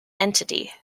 entity